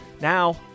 Now